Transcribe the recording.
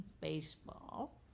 baseball